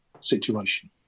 situation